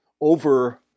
over